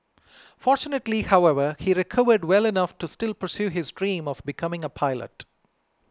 fortunately however he recovered well enough to still pursue his dream of becoming a pilot